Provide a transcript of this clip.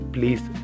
Please